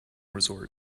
resort